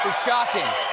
shocking.